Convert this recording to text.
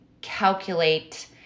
calculate